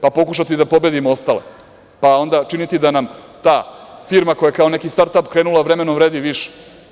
Pa, pokušati da pobedimo ostale, pa onda činiti da nam ta firma koja kao neki startap krenula vremenom vredi više.